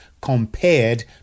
compared